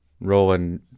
rolling